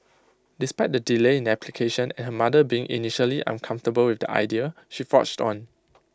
despite the delay in application and her mother being initially uncomfortable with the idea she forged on